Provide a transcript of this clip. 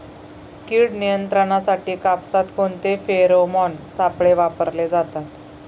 कीड नियंत्रणासाठी कापसात कोणते फेरोमोन सापळे वापरले जातात?